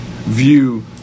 view